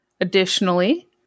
additionally